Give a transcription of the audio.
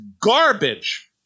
garbage